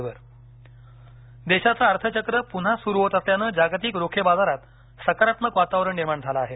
share देशाचं अर्थचक्र पुन्हा सुरू होत असल्यानं जागतिक रोखे बाजारात सकारात्मक वातावरण निर्माण झालं आहे